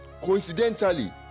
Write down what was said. Coincidentally